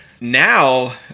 Now